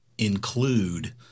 include